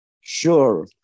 sure